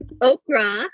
okra